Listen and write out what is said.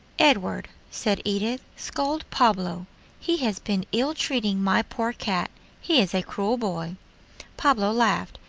edward, said edith, scold pablo he has been ill-treating my poor cat he is a cruel boy pablo laughed.